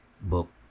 book